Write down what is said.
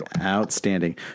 Outstanding